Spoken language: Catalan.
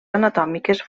anatòmiques